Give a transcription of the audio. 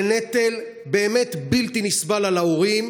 זה נטל באמת בלתי נסבל על ההורים,